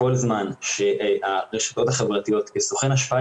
כל זמן שהרשתות החברתיות כסוכן השפעה